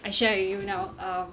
I share with you now um